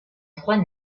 trois